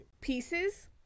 pieces